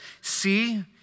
see